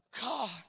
God